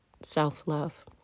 self-love